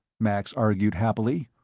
max argued happily.